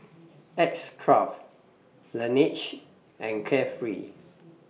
X Craft Laneige and Carefree